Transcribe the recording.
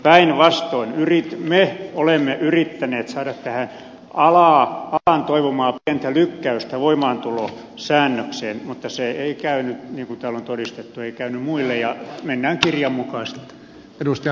päinvastoin me olemme yrittäneet saada tähän alan toivomaa pientä lykkäystä voimaantulosäännökseen mutta se ei käynyt niin kuin täällä on todistettu ei käynyt muille ja mennään kirjan mukaan sitten